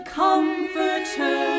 comforter